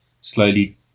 slowly